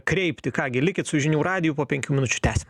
kreipti ką gi likit su žinių radiju po penkių minučių tęsim